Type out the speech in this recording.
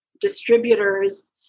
distributors